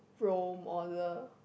role model